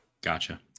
Gotcha